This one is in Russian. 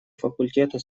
факультеты